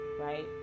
right